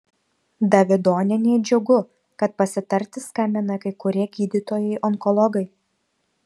davidonienei džiugu kad pasitarti skambina kai kurie gydytojai onkologai